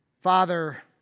Father